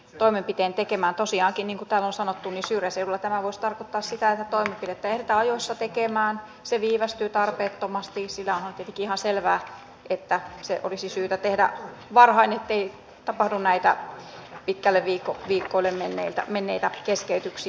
tosiaankin niin kuin täällä on sanottu syrjäseudulla tämä voisi tarkoittaa sitä että toimenpidettä ei ehditä ajoissa tekemään se viivästyy tarpeettomasti sillä onhan tietenkin ihan selvää että se olisi syytä tehdä varhain ettei tapahdu näitä pitkälle monille viikoille menneitä keskeytyksiä